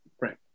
Right